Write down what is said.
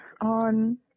on